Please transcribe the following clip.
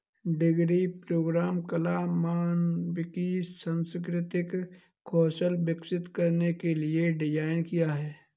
degree programme कला, मानविकी, सांस्कृतिक कौशल विकसित करने के लिए डिज़ाइन किया है